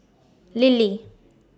Lily